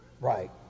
right